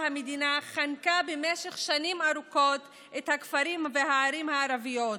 המדינה חנקה במשך שנים ארוכות את הכפרים והערים הערביות,